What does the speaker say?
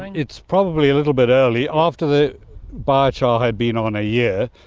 it's probably a little bit early. after the biochar had been on a year,